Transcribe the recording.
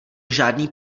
žádný